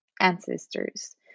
ancestors